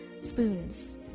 spoons